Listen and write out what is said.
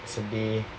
sedih